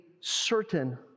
certain